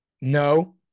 No